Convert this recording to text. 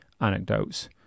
anecdotes